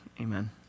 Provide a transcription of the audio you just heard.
Amen